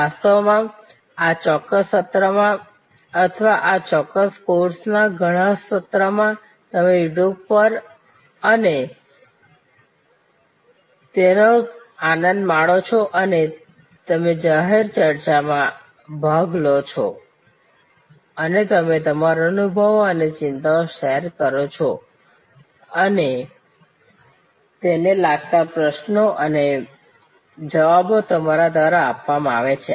વાસ્તવમાં આ ચોક્કસ સત્રમાં અથવા આ ચોક્કસ કોર્સના ઘણા સત્રમાં તમે યુટ્યુબ પર તેનો આનંદ માણો છો અને તમે જાહેર ચર્ચા માં ભાગ લો છો અને તમે તમારા અનુભવો અને ચિંતાઓ શેર કરો છો અને તેને લગતા પ્રશ્નો અને જવાબો તમારા દ્વારા આપવામાં આવશે